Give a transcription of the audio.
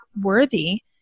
worthy